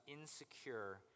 insecure